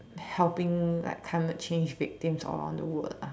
helping like climate change victims all around the world ah